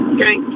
Okay